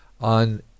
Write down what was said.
on